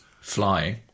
flying